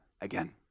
again